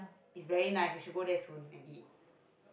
is very nice you should go there soon and eat